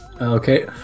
Okay